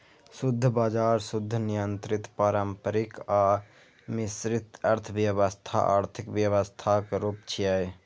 शुद्ध बाजार, शुद्ध नियंत्रित, पारंपरिक आ मिश्रित अर्थव्यवस्था आर्थिक व्यवस्थाक रूप छियै